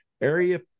Area